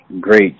great